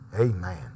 Amen